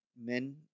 men